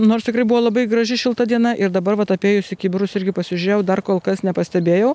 nors tikrai buvo labai graži šilta diena ir dabar vat apėjusi kibirus irgi pasižiūrėjau dar kol kas nepastebėjau